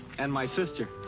and my sister.